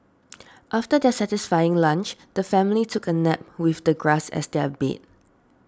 after their satisfying lunch the family took a nap with the grass as their bed